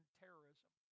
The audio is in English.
terrorism